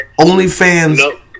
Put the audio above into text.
OnlyFans